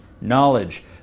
knowledge